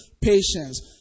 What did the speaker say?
patience